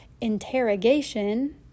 interrogation